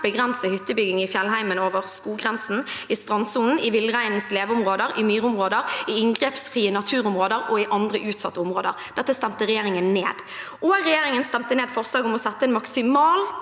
begrense hyttebygging i fjellheimen, over skoggrensen, i strandsonen, i villreinens leveområder, i myrområder, i inngrepsfrie naturområder og i andre utsatte områder. Dette stemte regjeringen ned. Regjeringen stemte også ned forslag om å sette en maksimal